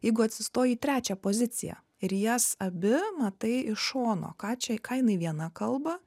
jeigu atsistoji į trečią poziciją ir jas abi matai iš šono ką čia ką jinai viena kalba